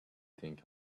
think